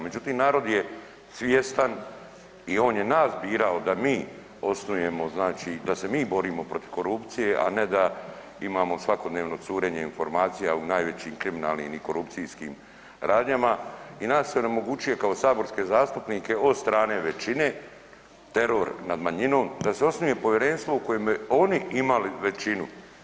Međutim, narod je svjestan i on je nas birao da mi osnujemo znači, da se mi borimo protiv korupcije, a ne da imamo svakodnevno curenje informacija u najvećim kriminalnim i korupcijskim radnjama i nas se onemogućuje kao saborske zastupnike od strane većine teror nad manjinom da se osnuje povjerenstvo u kojoj bi oni imali većinu.